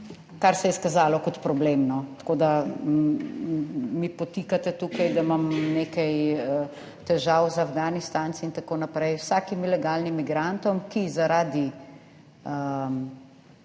kar je se je izkazalo kot problem. Tako, da mi podtikate tukaj, da imam nekaj težav z Afganistanci, itn. Vsakim ilegalnim migrantom, ki zaradi